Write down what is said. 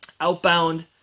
Outbound